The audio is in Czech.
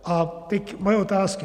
A teď moje otázky.